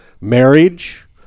marriage